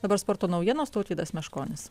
dabar sporto naujienos tautvydas meškonis